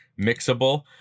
mixable